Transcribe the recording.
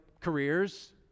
careers